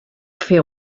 fer